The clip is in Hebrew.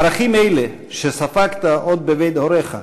ערכים אלה, שספגת עוד בבית הוריך,